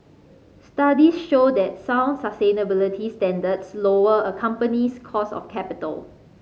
studies show that sound sustainability standards lower a company's cost of capital